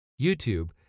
YouTube